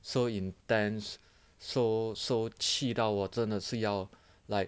so intense so so 气到我真的是要 like